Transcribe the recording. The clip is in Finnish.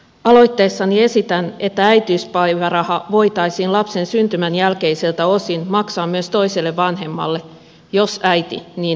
aloitteessani esitän että äitiyspäiväraha voitaisiin lapsen syntymän jälkeiseltä osin maksaa myös toiselle vanhemmalle jos äiti niin toivoo